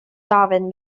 darwin